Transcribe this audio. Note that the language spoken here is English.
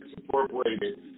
incorporated